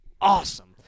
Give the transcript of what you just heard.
awesome